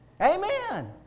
Amen